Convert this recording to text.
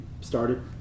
started